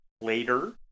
Later